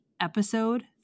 episode